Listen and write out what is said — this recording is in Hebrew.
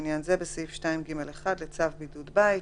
לעניין זה בסעיף 2(ג1) לצו בידוד בית.